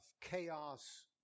chaos